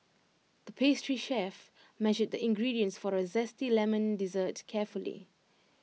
the pastry chef measured the ingredients for A Zesty Lemon Dessert carefully